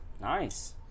Nice